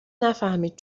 نفهمید